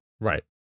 Right